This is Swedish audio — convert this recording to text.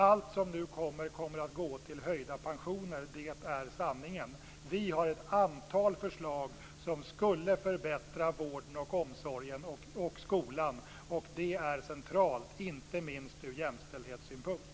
Allt de nu får kommer att gå åt till höjda pensioner. Det är sanningen. Vi har ett antal förslag som skulle förbättra vården, omsorgen och skolan. Det är centralt, inte minst ur jämställdhetssynpunkt.